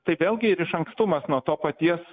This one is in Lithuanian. tai vėlgi ir išankstumas nuo to paties